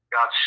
God